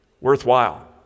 worthwhile